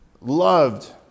loved